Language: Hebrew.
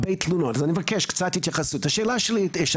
שוב, אסיף אמר שהנושא של חיי אדם הוא ראשון במעלה.